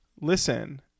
Listen